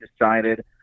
decided